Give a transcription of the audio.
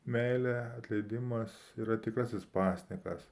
meilė atleidimas yra tikrasis pasninkas